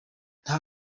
nta